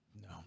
no